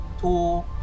two